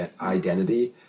identity